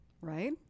Right